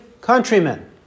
countrymen